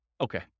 Okay